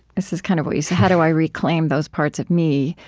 this is kind of what you said. how do i reclaim those parts of me?